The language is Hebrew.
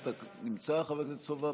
נמצא, חבר הכנסת סובה?